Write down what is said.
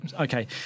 Okay